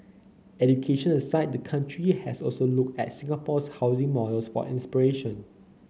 education aside the country has also looked at Singapore's housing models for inspiration